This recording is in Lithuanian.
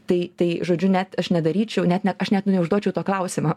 tai tai žodžiu net aš nedaryčiau net ne aš net neužduočiau to klausimo